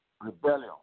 rebellion